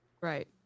Right